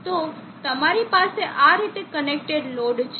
તો તમારી પાસે આ રીતે કનેક્ટેડ લોડ છે